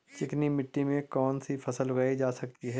चिकनी मिट्टी में कौन सी फसल उगाई जा सकती है?